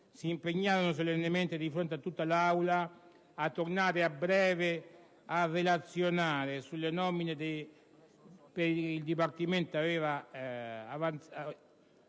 si impegnarono solennemente di fronte a tutta l'Aula a tornare a breve a relazionare sulle nomine fatte al dipartimento di collaboratori,